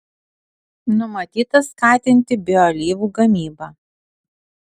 numatyta skatinti bioalyvų gamybą